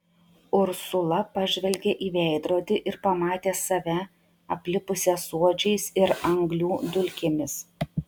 ursula pažvelgė į veidrodį ir pamatė save aplipusią suodžiais ir anglių dulkėmis